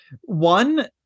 One